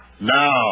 now